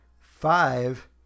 five